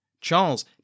Charles